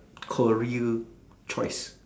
career choice